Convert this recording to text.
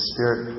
Spirit